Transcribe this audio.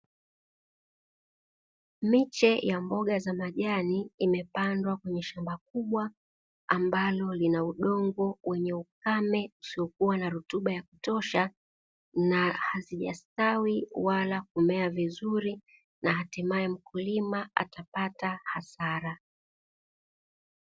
Miche ya mboga za majani imepandwa kwenye shamba kubwa ambalo lina udongo wenye ukame usiokuwa na rutuba ya kutosha, na hazijastawi wala kumea vizuri na hatimaye mkulima atapata hasara.